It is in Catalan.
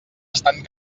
estan